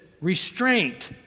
restraint